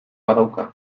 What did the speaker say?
badauka